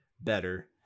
better